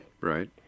Right